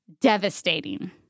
devastating